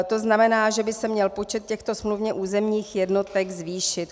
To znamená, že by se měl počet těchto smluvně územních jednotek zvýšit.